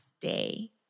day